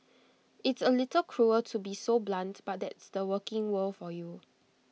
it's A little cruel to be so blunt but that's the working world for you